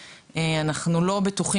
שהוא דיון חירום ואני אני לא יכולה להדגיש מספיק